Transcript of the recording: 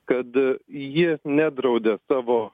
kad ji nedraudė savo